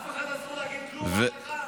לאף אחד אסור להגיד כלום, רק לך?